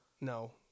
No